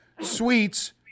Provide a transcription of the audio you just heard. sweets